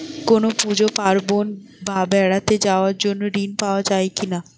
কোনো পুজো পার্বণ বা বেড়াতে যাওয়ার জন্য ঋণ পাওয়া যায় কিনা?